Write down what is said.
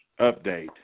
update